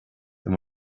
than